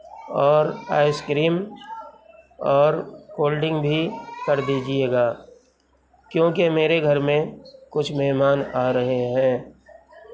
اور ice cream اور cold drink بھی کر دیجیے گا کیونکہ میرے گھر میں کچھ مہمان آ رہے ہیں